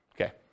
Okay